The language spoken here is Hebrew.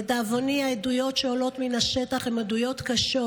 לדאבוני, העדויות שעולות מן השטח הן עדויות קשות,